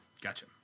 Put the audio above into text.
Gotcha